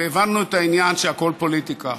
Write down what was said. והבנו את העניין שהכול פוליטיקה.